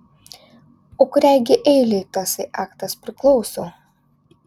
o kuriai gi eilei tasai aktas priklauso